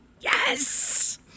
yes